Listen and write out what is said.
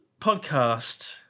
podcast